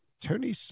Tony